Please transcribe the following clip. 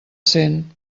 sent